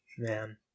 man